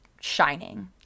shining